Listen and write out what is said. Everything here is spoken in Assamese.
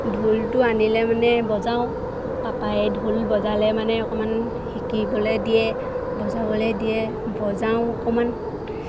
ঢোলটো আনিলে মানে বজাওঁ পাপাই ঢোল বজালে মানে অকণমান শিকিবলৈ দিয়ে বজাবলৈ দিয়ে বজাওঁ অকণমান